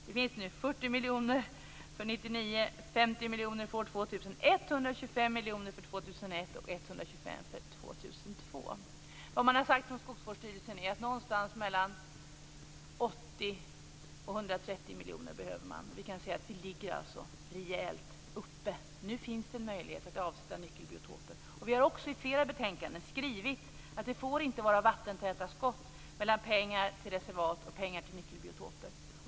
Det finns nu 40 miljoner för 1999, 50 miljoner för år 2002. Från Skogsvårdsstyrelsen har man sagt att man behöver någonstans mellan 80 och 130 miljoner. Vi ligger alltså rejält "uppe". Nu finns det en möjlighet att avsätta nyckelbiotoper. Vi har också i flera betänkanden skrivit att det inte får vara vattentäta skott mellan pengar till reservat och pengar till nyckelbiotoper.